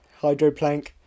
Hydroplank